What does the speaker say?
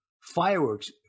fireworks